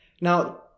now